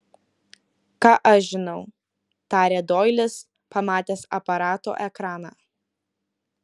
ką aš žinau tarė doilis pamatęs aparato ekraną